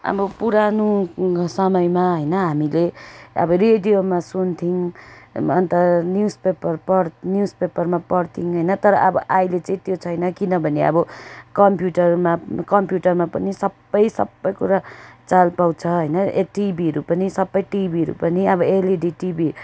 अब पुरानो समयमा होइन हामीले अब रेडियोमा सुन्थ्यौँ अन्त न्युज पेपर पढ न्युज पेपरमा पढ्थ्यौँ होइन तर अब अहिले चाहिँ त्यो छैन किनभने अब कम्प्युटरमा कम्प्युटरमा पनि सबै सबै कुरा चाल पाउँछ होइन ए टिभीहरू पनि सबै टिभीहरू पनि अब एलइडी टिभी